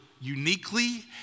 uniquely